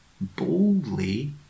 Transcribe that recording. boldly